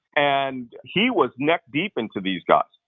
and he was neck deep into these guys.